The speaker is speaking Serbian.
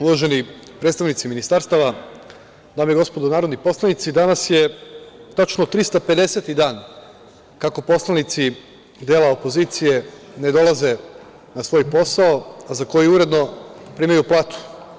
Uvaženi predstavnici ministarstava, dame i gospodo narodni poslanici, danas je tačno 350-i dan kako poslanici dela opozicije ne dolaze na svoj posao, a za koji uredno primaju platu.